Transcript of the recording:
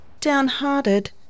Downhearted